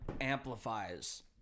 amplifies